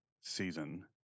Season